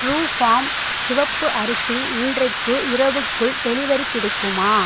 Truefarm சிவப்பு அரிசி இன்றைக்கு இரவுக்குள் டெலிவரி கிடைக்குமா